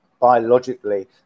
biologically